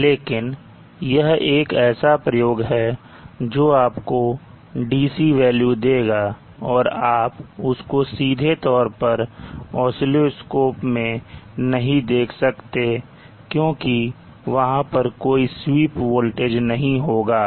लेकिन यह एक ऐसा प्रयोग है जो आपको DC वैल्यू देगा और आप उसको सीधे तौर पर oscilloscope मैं नहीं देख सकते क्योंकि वहां पर कोई स्वीप वोल्टेज नहीं होगा